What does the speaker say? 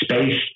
space